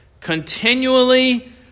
Continually